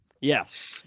Yes